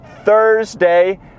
Thursday